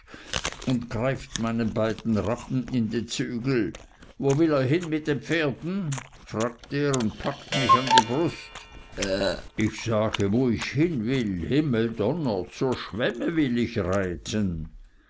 und greift meinen beiden rappen in den zügel wo will er hin mit den pferden fragt er und packt mich an die brust ich sage wo ich hin will himmeldonner zur schwemme will ich reiten